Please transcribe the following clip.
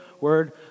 word